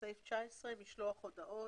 משלוח הודעות.